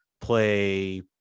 play